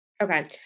Okay